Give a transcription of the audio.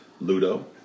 Ludo